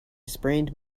sprained